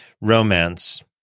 romance